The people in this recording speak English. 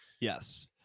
Yes